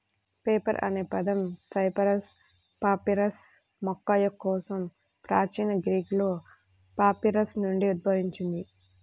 paper అనే పదం cyperus papyrus మొక్క కోసం ప్రాచీన గ్రీకులో పాపిరస్ నుండి ఉద్భవించింది